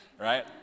right